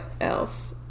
else